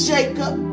Jacob